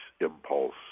impulse